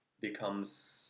becomes